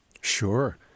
Sure